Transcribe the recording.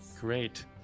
Great